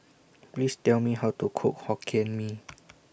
Please Tell Me How to Cook Hokkien Mee